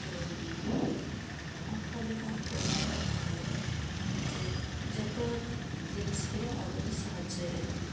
ᱛᱳ ᱚᱱᱠᱟ ᱞᱮᱠᱟᱱ ᱯᱨᱚᱰᱟᱠ ᱠᱟᱱᱟ ᱱᱚᱣᱟ ᱡᱮ ᱡᱤᱱᱤᱥ ᱨᱮ ᱟᱵᱚᱭ ᱥᱟᱦᱟᱡᱭᱮᱫ ᱵᱚᱱᱟ